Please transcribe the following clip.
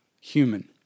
human